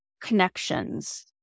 connections